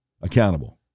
accountable